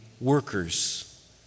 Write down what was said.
workers